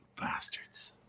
bastards